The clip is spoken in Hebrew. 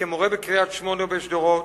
כמורה בקריית-שמונה ובשדרות,